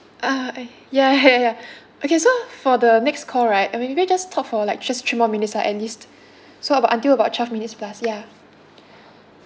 ah ah ya ya ya okay so for the next call right I mean maybe we just talk for like just three more minutes lah at least so about until about twelve minutes plus ya